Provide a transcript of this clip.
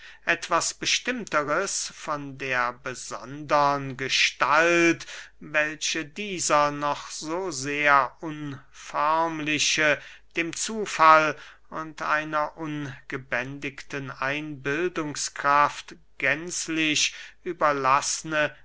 etwas bestimmteres von der besondern gestalt welche dieser noch so sehr unförmliche dem zufall und einer ungebändigten einbildungskraft gänzlich überlaßne